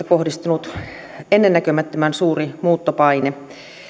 kohdistunut ennennäkemättömän suuri muuttopaine